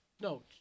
No